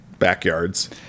backyards